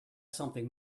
something